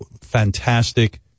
fantastic